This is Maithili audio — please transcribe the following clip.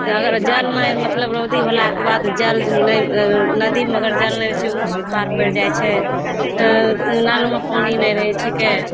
अगर जल नहि मतलब रौदी होलाक बाद जल नहि नदीमे अगर जल नहि रहै छै ओ सुखार पड़ि जाइ छै नलमे पानि नहि रहै छिकै